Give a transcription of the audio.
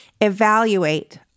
evaluate